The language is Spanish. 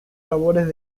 labores